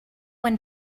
when